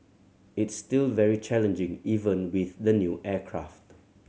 it's still very challenging even with the new aircraft